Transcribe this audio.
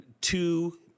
two